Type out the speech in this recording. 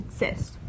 exist